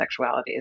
sexualities